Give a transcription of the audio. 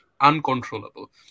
uncontrollable